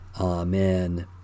Amen